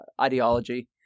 ideology